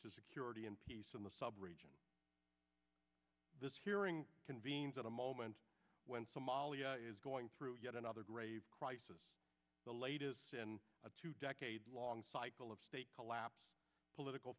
to security and peace in the sub region this hearing convenes at a moment when somalia is going through yet another grave crisis the latest in a two decade long cycle of state collapse political